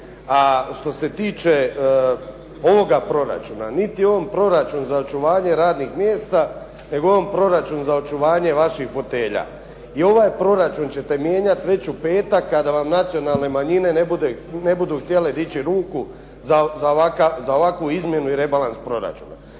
što se tiče ovoga proračuna. Niti je on proračun za očuvanje radnih mjesta, nego je on proračun za očuvanje vaših fotelja. I ovaj proračun ćete mijenjati već u petak kada vam nacionalne manjine ne budu htjele dići ruku za ovakvu izmjenu i rebalans proračuna.